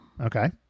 Okay